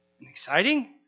exciting